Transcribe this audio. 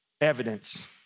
Evidence